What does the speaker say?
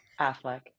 Affleck